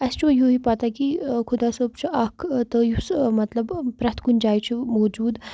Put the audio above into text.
اَسہِ چھُ یِہُے پَتہ کہِ خۄدا صٲب چھُ اَکھ تہٕ یُس مطلب پرٮ۪تھ کُنہِ جایہِ چھُ موٗجوٗد